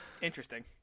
Interesting